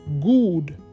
good